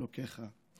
אלהיך".